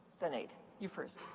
then eight. you first.